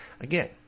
Again